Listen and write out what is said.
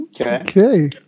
Okay